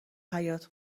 حیاط